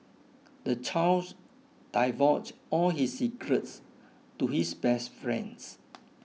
the child divulged all his secrets to his best friends